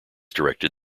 directed